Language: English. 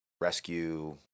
rescue